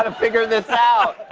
ah figure this out.